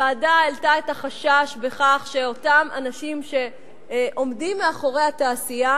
הוועדה העלתה את החשש מכך שאותם אנשים שעומדים מאחורי התעשייה